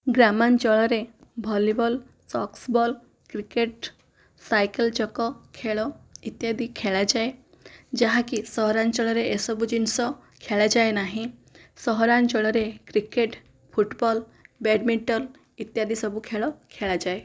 ଗ୍ରାମଞ୍ଚଳରେ volleyball ସକ୍ସବଲ୍ cricket cycle ଚକ ଖେଳ ଇତ୍ୟାଦି ଖେଳାଯାଏ ଯାହାକି ସହରାଞ୍ଚଳରେ ଏସବୁ ଜିନିଷ ଖେଳାଯାଏ ନାହିଁ ସହରାଞ୍ଚଳରେ କ୍ରିକେଟ ଫୁଟବଲ ବ୍ୟାଡ଼ମିଣ୍ଟନ ଇତ୍ୟାଦି ସବୁ ଖେଳ ଖେଳାଯାଏ